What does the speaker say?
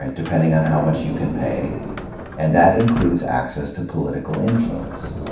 ah depending on how much you can pay and that includes access to political influence.